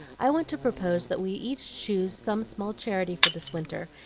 i wanted to propose that we each choose some small charity for this winter,